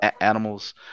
animals